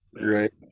right